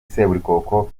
seburikoko